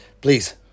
please